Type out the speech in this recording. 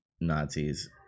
Nazis